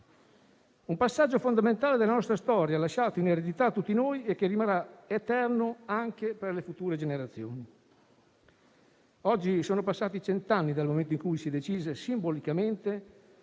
Un passaggio fondamentale della nostra storia, lasciato in eredità a tutti noi e che rimarrà eterno anche per le future generazioni. Oggi sono passati cent'anni dal momento in cui si decise simbolicamente